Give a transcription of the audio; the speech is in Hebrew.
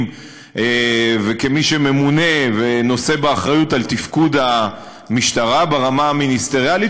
וכמי שממונה ונושא באחריות לתפקוד המשטרה ברמה המיניסטריאלית,